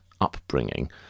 upbringing